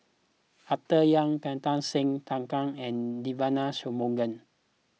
Arthur Yap Kartar Singh Thakral and Devagi Sanmugam